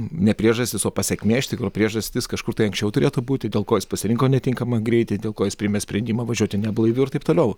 ne priežastis o pasekmė iš tikro priežastis kažkur tai anksčiau turėtų būti dėl ko jis pasirinko netinkamą greitį dėl ko jis priėmė sprendimą važiuoti neblaiviu ir taip toliau